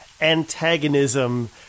antagonism